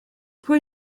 pwy